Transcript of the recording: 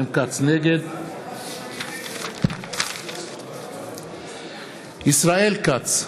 נגד ישראל כץ,